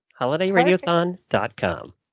HolidayRadioThon.com